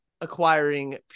acquiring